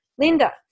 Linda